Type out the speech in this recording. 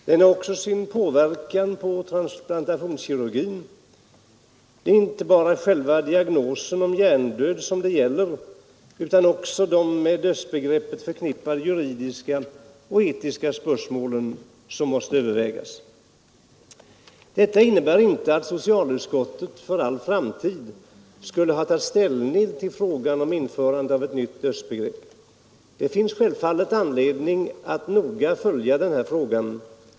Den har också sin inverkan på transplantationskirurgin. Det är inte bara själva diagnosen hjärndöd det gäller, utan också de med dödsbegreppet förknippade juridiska och etiska spörsmålen måste övervägas. Detta innebär inte att socialutskottet för all framtid skulle ha tagit ställning till frågan om införande av ett nytt dödsbegrepp. Det finns anledning att noga följa denna fråga.